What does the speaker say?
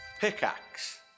Pickaxe